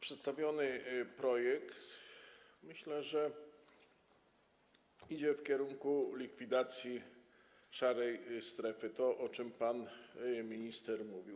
Przedstawiony projekt, myślę, idzie w kierunku likwidacji szarej strefy, o czym pan minister mówił.